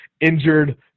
injured